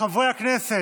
חברי הכנסת,